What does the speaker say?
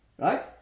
Right